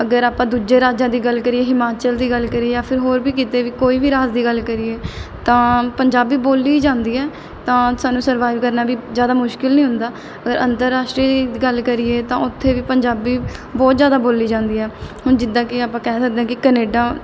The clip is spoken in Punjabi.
ਅਗਰ ਆਪਾਂ ਦੂਜੇ ਰਾਜਾਂ ਦੀ ਗੱਲ ਕਰੀਏ ਹਿਮਾਚਲ ਦੀ ਗੱਲ ਕਰੀਏ ਜਾਂ ਫਿਰ ਹੋਰ ਵੀ ਕਿਤੇ ਵੀ ਕੋਈ ਵੀ ਰਾਜ ਦੀ ਗੱਲ ਕਰੀਏ ਤਾਂ ਪੰਜਾਬੀ ਬੋਲੀ ਜਾਂਦੀ ਹੈ ਤਾਂ ਸਾਨੂੰ ਸਰਵਾਈਵ ਕਰਨਾ ਵੀ ਜ਼ਿਆਦਾ ਮੁਸ਼ਕਲ ਨਹੀਂ ਹੁੰਦਾ ਅਗਰ ਅੰਤਰਰਾਸ਼ਟਰੀ ਦੀ ਗੱਲ ਕਰੀਏ ਤਾਂ ਉੱਥੇ ਵੀ ਪੰਜਾਬੀ ਬਹੁਤ ਜ਼ਿਆਦਾ ਬੋਲੀ ਜਾਂਦੀ ਹੈ ਹੁਣ ਜਿੱਦਾਂ ਕਿ ਆਪਾਂ ਕਹਿ ਸਕਦੇ ਹਾਂ ਕਿ ਕਨੇਡਾ